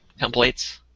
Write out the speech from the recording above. templates